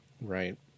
Right